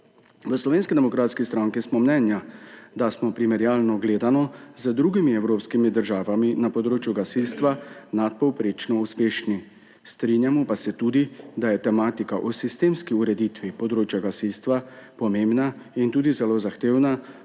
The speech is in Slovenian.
V Slovenski demokratski stranki smo mnenja, da smo primerjalno gledano z drugimi evropskimi državami na področju gasilstva nadpovprečno uspešni. Strinjamo pa se tudi, da je tematika o sistemski ureditvi področja gasilstva pomembna in tudi zelo zahtevna,